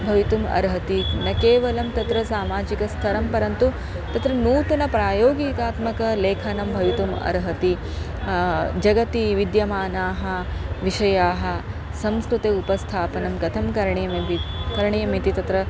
भवितुम् अर्हति न केवलं तत्र सामाजिकस्तरं परन्तु तत्र नूतनप्रायोगिकात्मक लेखनं भवितुम् अर्हति जगति विद्यमानाः विषयाः संस्कृते उपस्थापनं कथं करणीयमिति करणीयमिति तत्र